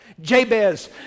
Jabez